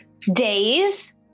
days